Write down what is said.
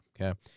Okay